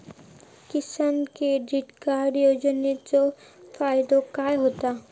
किसान credit card योजनेचो फायदो काय होता?